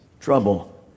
trouble